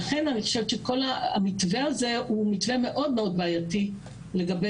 לכן אני חושבת שהמתווה הזה מאוד-מאוד בעייתי לגבי